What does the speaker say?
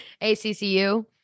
ACCU